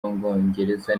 w’umwongereza